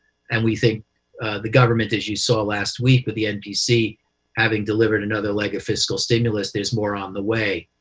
and we think the government, as you saw last week, with the npc having delivered another leg of fiscal stimulus, there's more on the way.